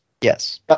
Yes